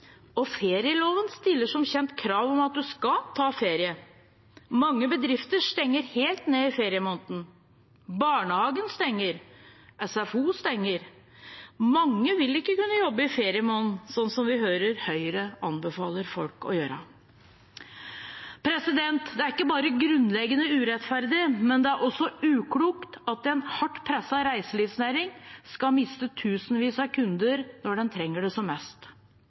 og ferieloven stiller som kjent krav om at en skal ta ferie. Mange bedrifter stenger helt ned i feriemåneden, barnehagen stenger, SFO stenger. Mange vil ikke kunne jobbe i feriemåneden, sånn som vi hører Høyre anbefaler folk å gjøre. Det er ikke bare grunnleggende urettferdig, det er også uklokt at en hardt presset reiselivsnæring skal miste tusenvis av kunder når de trenger det som mest.